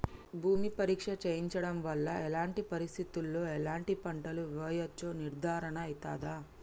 భూమి పరీక్ష చేయించడం వల్ల ఎలాంటి పరిస్థితిలో ఎలాంటి పంటలు వేయచ్చో నిర్ధారణ అయితదా?